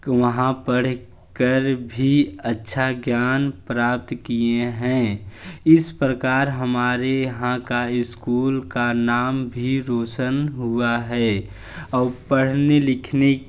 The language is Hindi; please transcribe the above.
तो वहाँ पढ़ कर भी अच्छा ज्ञान प्राप्त किए हैं इस प्रकार हमारे यहाँ का स्कूल का नाम भी रौशन हुआ है और पढ़ने लिखने